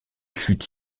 fut